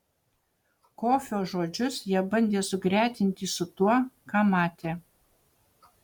kofio žodžius jie bandė sugretinti su tuo ką matė